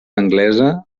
anglesa